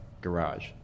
garage